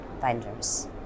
vendors